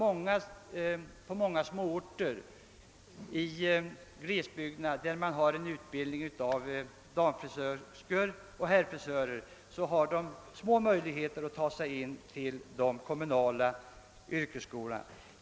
I de många småorter i glesbygderna där utbildning av damifrisörer bedrivs har man små möjligheter att ta sig in till de kommunala yrkesskolorna.